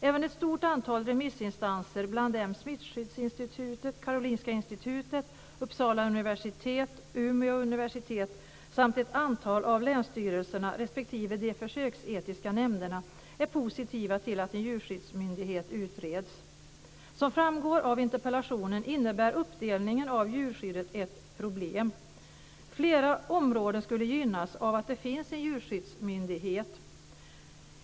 Även ett stort antal remissinstanser - bland dem är positiva till att en djurskyddsmyndighet utreds. Som framgår av interpellationen innebär uppdelningen av djurskyddet ett problem. Flera områden skulle gynnas av att det finns en djurskyddsmyndighet.